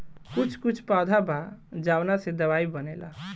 कुछ कुछ पौधा बा जावना से दवाई बनेला